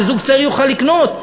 שזוג צעיר יוכל לקנות.